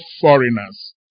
foreigners